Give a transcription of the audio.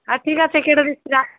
আর ঠিক আছে কেটে দিচ্ছি রাখ